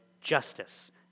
justice